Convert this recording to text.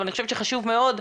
אני חושבת שחשוב מאוד,